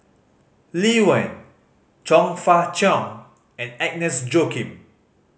Lee Wen Chong Fah Cheong and Agnes Joaquim